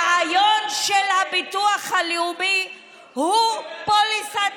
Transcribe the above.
הרעיון של הביטוח הלאומי הוא פוליסת